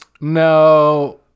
No